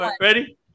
Ready